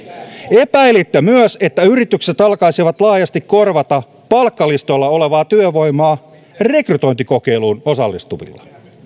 epäilitte myös että yritykset alkaisivat laajasti korvata palkkalistoilla olevaa työvoimaa rekrytointikokeiluun osallistuvilla